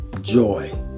joy